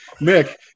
Nick